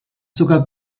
sogar